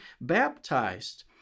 baptized